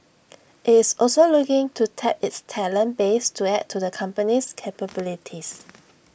is also looking to tap its talent base to add to the company's capabilities